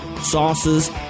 sauces